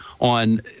on